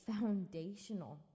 foundational